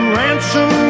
ransom